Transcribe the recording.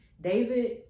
David